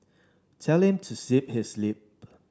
tell him to zip his lip